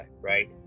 Right